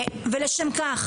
ולשם כך,